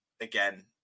again